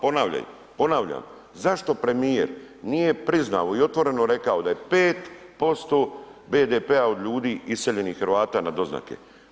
Ponavljam, zašto premijer nije priznao i otvoreno rekao da je 5% BDP-a od ljudi iseljenih Hrvata na doznake?